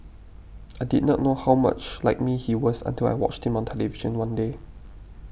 I did not know how much like me he was until I watched him on television one day